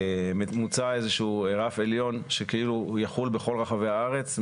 מוצע איזה שהוא רף עליון שיחול בכל רחבי הארץ,